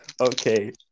Okay